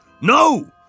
No